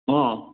ହଁ